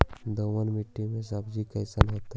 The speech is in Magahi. दोमट मट्टी में सब्जी कैसन होतै?